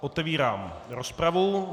Otevírám rozpravu.